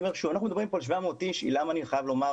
אנחנו מדברים כאן על 700 אנשים, ואני חייב לומר